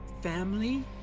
family